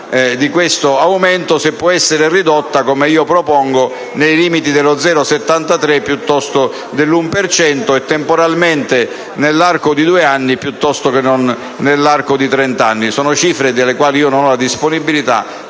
di sapere se puo essere ridotto, come io propongo, nei limiti dello 0,73 piuttosto che dell’1 per cento e, temporalmente, nell’arco di due anni piuttosto che non nell’arco di 30 anni. Sono cifre sulle quali io non ho la disponibilitadei